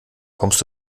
kommst